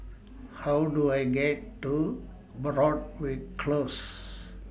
How Do I get to Broadrick Close